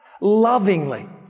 lovingly